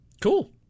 Cool